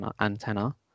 antenna